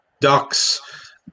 ducks